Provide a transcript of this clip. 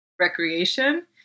recreation